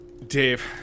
Dave